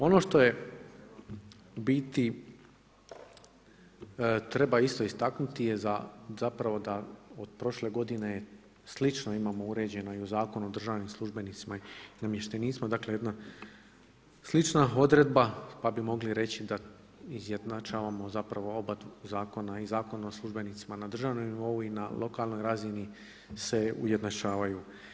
Ono što je u biti treba isto istaknuti je da od prošle godine slično imamo uređeno i u Zakonu o državnim službenicima i namještenicima dakle jedna slična odredba pa bi mogli reći da izjednačavamo oba zakona i Zakona o službenicima na državnom nivou i na lokalnoj razini se ujednačavaju.